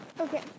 Okay